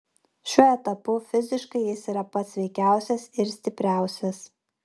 šiuo etapu fiziškai jis yra pats sveikiausias ir stipriausias